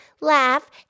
laugh